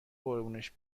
قربونش